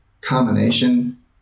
combination